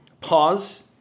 pause